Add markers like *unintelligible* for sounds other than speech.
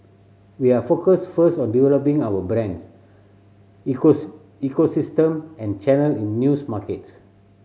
we are focused first on developing our brands *unintelligible* ecosystem and channel in news markets